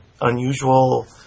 unusual